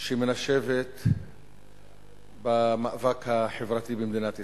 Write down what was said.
שמנשבת במאבק החברתי במדינת ישראל.